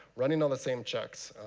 running on the same checks.